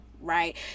right